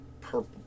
purple